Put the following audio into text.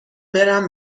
برم